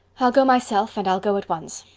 i'll go myself and i'll go at once.